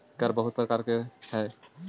कर बहुत प्रकार के हई